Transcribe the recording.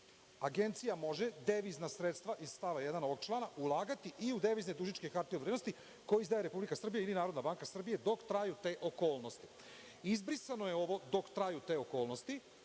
Agencija može devizna sredstva iz stava 1. ovog člana ulagati i u devizne dužničke hartije od vrednosti koje izdaje Republika Srbija ili Narodna banka Srbije dok traju te okolnosti. Izbrisano je ovo „dok traju te okolnosti“.